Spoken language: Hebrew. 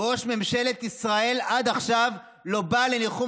ראש ממשלת ישראל עד עכשיו לא בא לניחום